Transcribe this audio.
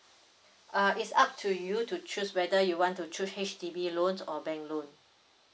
uh it's up to you to choose whether you want to choose H_D_B loans or bank loan